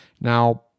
Now